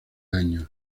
años